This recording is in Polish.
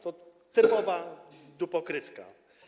To typowa dupokrytka.